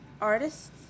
Artists